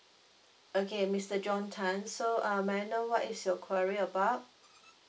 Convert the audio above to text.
okay mister john tan so uh may I know what is your query about